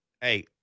Hey